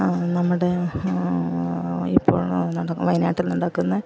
നമ്മുടെ ഇപ്പോൾ വയനാട്ടിൽ നടക്കുന്ന